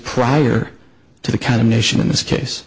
prior to the kind of nation in this case